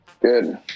Good